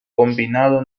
combinado